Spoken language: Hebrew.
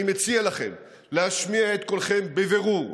אני מציע לכם להשמיע את קולכם בבירור.